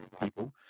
people